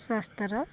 ସ୍ୱାସ୍ଥ୍ୟର